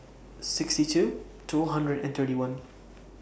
sixty two two hundred and thirty one